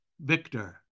Victor